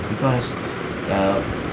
because err